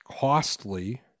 costly